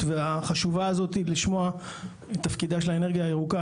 החשובה הזאת לשמוע את תפקידה של האנרגיה הירוקה.